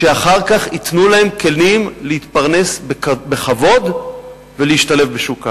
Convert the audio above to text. שאחר כך ייתנו להם כלים להתפרנס בכבוד ולהשתלב בשוק העבודה.